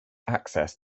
access